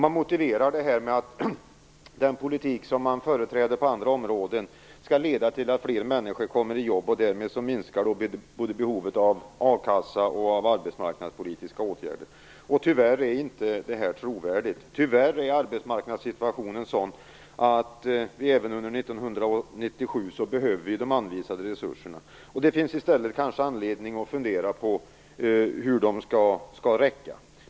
Man motiverar det med att den politik som man företräder på andra områden skall leda till att fler människor kommer i jobb, och därmed minskar behovet av a-kassa och arbetsmarknadspolitiska åtgärder. Tyvärr är inte detta trovärdigt. Tyvärr är arbetsmarknadssituationen sådan att vi även under 1997 behöver de anvisade resurserna. Det finns kanske i stället anledning att fundera på hur de skall räcka.